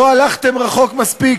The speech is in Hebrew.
לא הלכתם רחוק מספיק.